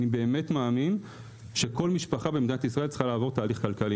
אני באמת מאמין שכל משפחה במדינת ישראל צריכה לעבור תהליך כלכלי.